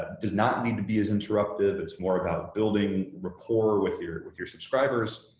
does not need to be as interruptive, it's more about building rapport with your with your subscribers,